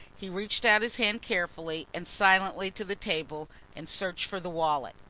he reached out his hand carefully and silently to the table and searched for the wallet.